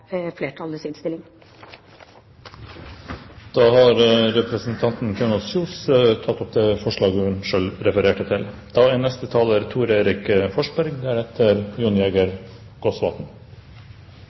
med flertallets innstilling. Representanten Kari Kjønaas Kjos har tatt opp det forslaget hun refererte til. Jeg synes det er